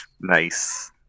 Nice